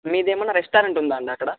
మీదేమన్న restaurant ఉందా అండి అక్కడ